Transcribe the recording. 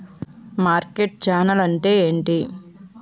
Market channel అంటే ఏమిటి?